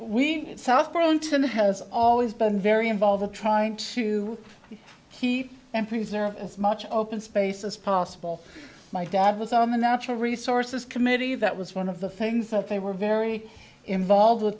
we south burlington has always been very involved trying to heat and preserve as much open space as possible my dad was on the natural resources committee that was one of the things that they were very involved with